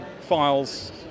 files